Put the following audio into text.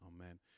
Amen